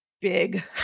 big